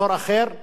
אזור אחר,